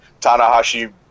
Tanahashi